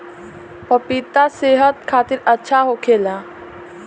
पपिता सेहत खातिर अच्छा होखेला